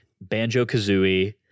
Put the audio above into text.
Banjo-Kazooie